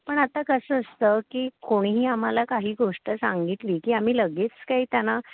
पण आता कसं असतं की कोणीही आम्हाला काही गोष्ट सांगितली की आम्ही लगेच काही त्यांना